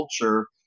culture